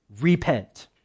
repent